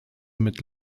mit